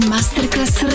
Masterclass